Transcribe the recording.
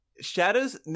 shadows